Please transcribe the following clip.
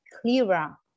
clearer